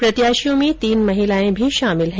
प्रत्याशियों में तीन महिलाए भी शामिल है